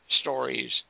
stories